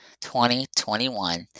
2021